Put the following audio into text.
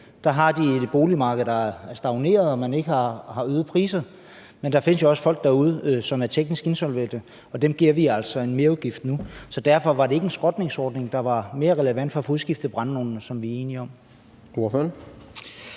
har de et boligmarked, der er stagneret, hvor man ikke har øgede priser, men der findes jo også folk derude, som er teknisk insolvente, og dem giver vi altså en merudgift nu. Så derfor: Var en skrotningsordning ikke mere relevant for at få udskiftet brændeovnene, som vi er enige om